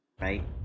Right